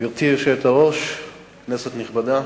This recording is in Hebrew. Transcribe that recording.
גברתי היושבת-ראש, כנסת נכבדה,